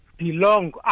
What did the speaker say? Belong